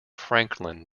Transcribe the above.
franklin